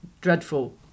dreadful